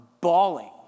bawling